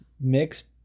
mixed